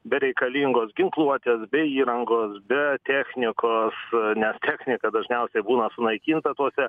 be reikalingos ginkluotės be įrangos be technikos nes technika dažniausiai būna sunaikinta tuose